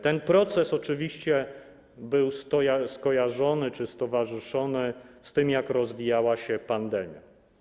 Ten proces oczywiście był skojarzony czy stowarzyszony z tym, jak rozwijała się pandemia.